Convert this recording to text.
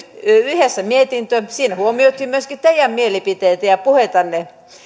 yhdessä mietintö ja siinä huomioitiin myöskin teidän mielipiteitänne ja puheitanne